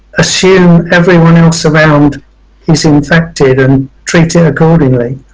assume everyone else around is infected and treat it accordingly.